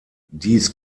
dies